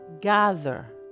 gather